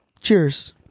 Cheers